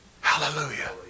Hallelujah